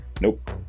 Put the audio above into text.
Nope